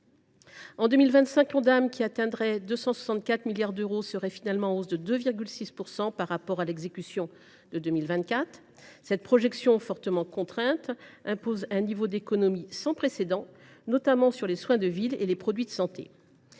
l’Ondam atteindrait 264 milliards d’euros, en hausse de 2,6 % par rapport à l’exécution de 2024. Cette projection, fortement contrainte, imposerait un niveau d’économies sans précédent, notamment sur les soins de ville et les produits de santé.